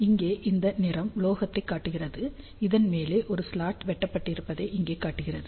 இங்கே இந்த நிறம் உலோகத்தைக் காட்டுகிறது இதன் மேலே ஒரு ஸ்லாட் வெட்டப்பட்டிருப்பதை இங்கே காட்டுகிறது